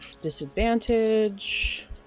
disadvantage